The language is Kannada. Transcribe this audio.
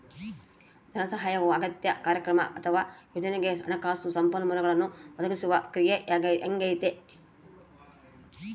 ಧನಸಹಾಯವು ಅಗತ್ಯ ಕಾರ್ಯಕ್ರಮ ಅಥವಾ ಯೋಜನೆಗೆ ಹಣಕಾಸು ಸಂಪನ್ಮೂಲಗಳನ್ನು ಒದಗಿಸುವ ಕ್ರಿಯೆಯಾಗೈತೆ